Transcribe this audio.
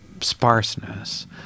sparseness